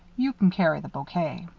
you kin carry the bouquet.